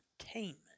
entertainment